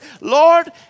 Lord